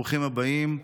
ברוכים הבאים.